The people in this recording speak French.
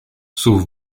sauf